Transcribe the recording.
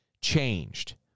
changed